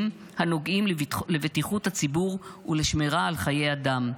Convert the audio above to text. הנוגעים לבטיחות הציבור ולשמירה על חיי אדם.